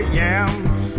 yams